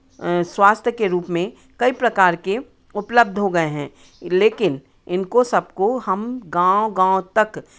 स्वास्थ्य के रूप में कई प्रकार के उपलब्ध हो गए हैं लेकिन इनको सबको हम गाँव गाँव तक